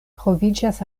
troviĝas